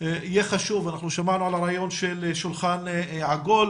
יהיה חשוב ואנחנו שמענו על הרעיון של שולחן עגול,